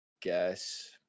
guess